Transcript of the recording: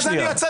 אני לא נתתי לו.